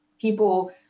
People